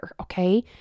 okay